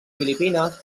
filipines